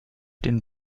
den